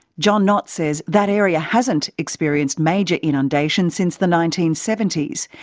jon nott says that area hasn't experienced major inundation since the nineteen seventy s,